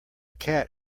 cat